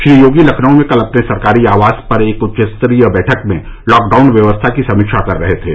श्री योगी लखनऊ में कल अपने सरकारी आवास पर एक उच्च स्तरीय बैठक में लॉकडाउन व्यवस्था की समीक्षा कर रहे थे